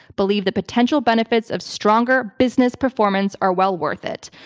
believe the potential benefits of stronger business performance are well worth it.